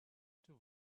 too